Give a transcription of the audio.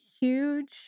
huge